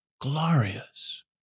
glorious